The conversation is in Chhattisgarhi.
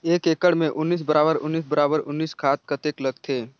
एक एकड़ मे उन्नीस बराबर उन्नीस बराबर उन्नीस खाद कतेक लगथे?